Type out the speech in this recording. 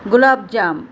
gulab jamun